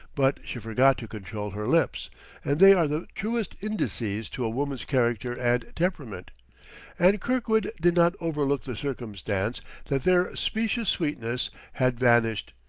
but she forgot to control her lips and they are the truest indices to a woman's character and temperament and kirkwood did not overlook the circumstance that their specious sweetness had vanished,